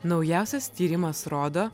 naujausias tyrimas rodo